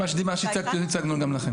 מה שהצגנו גם לכם.